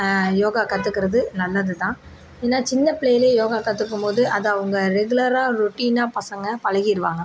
யோகா கற்றுக்கறது நல்லது தான் ஏன்னா சின்ன பிள்ளைலயே யோகா கற்றுக்கும் போது அதை அவங்க ரெகுலராக ரொட்டீனாக பசங்க பழகிடுவாங்க